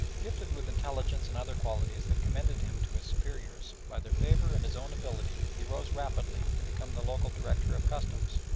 gifted with intelligence and other qualities that commended him to his superiors, by their favour and his own ability he rose rapidly to become the local director of customs,